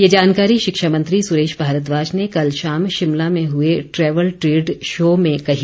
ये जानकारी शिक्षा मंत्री सुरेश भारद्वाज ने कल शाम शिमला में हुए ट्रेवल ट्रेड शो में कही